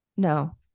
No